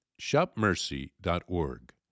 shopmercy.org